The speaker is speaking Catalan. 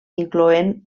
incloent